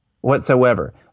whatsoever